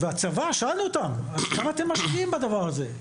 שאלנו את הצבא, כמה אתם משקיעים בדבר הזה?